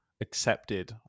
accepted